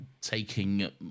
Taking